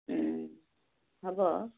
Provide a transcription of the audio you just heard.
ওম হ'ব